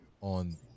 on